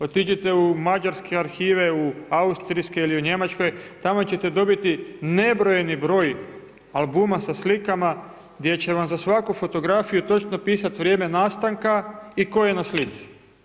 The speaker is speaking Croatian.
Otiđite u mađarske arhive, u austrijske ili u Njemačkoj tamo ćete dobiti nebrojeni broj albuma sa slikama gdje će vam za svaku fotografiju točno pisati vrijeme nastanka i tko je na slici.